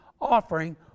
offering